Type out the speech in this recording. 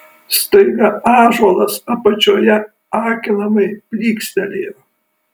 staiga ąžuolas apačioje akinamai plykstelėjo